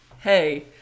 hey